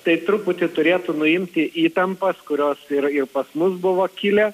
tai truputį turėtų nuimti įtampas kurios yra jau pas mus buvo kilę